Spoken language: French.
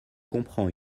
comprend